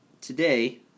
today